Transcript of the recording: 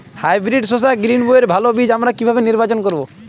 Hybrid শসা গ্রীনবইয়ের ভালো বীজ আমরা কিভাবে নির্বাচন করব?